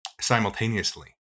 simultaneously